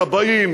לכבאים,